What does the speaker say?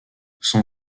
son